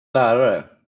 lärare